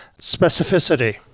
Specificity